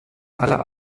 aller